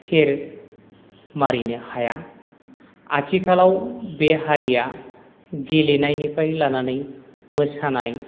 फेर मारिनो हाया आथिखालाव बे हारिया गेलेनायनिफ्राय लानानै मोसानाय